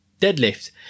deadlift